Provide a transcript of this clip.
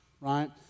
right